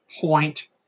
point